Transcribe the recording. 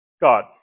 God